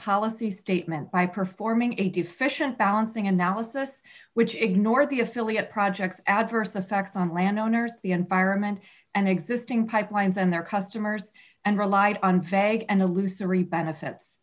policy statement by performing a deficient balancing analysis which ignore the affiliate projects adverse effects on land owners the environment and existing pipelines and their customers and relied on